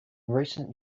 recent